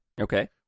Okay